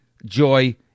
joy